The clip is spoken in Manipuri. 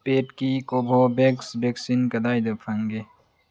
ꯄꯦꯠꯀꯤ ꯀꯣꯕꯣꯕꯦꯛꯁ ꯕꯦꯛꯁꯤꯟ ꯀꯗꯥꯏꯗ ꯐꯪꯒꯦ